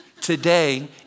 Today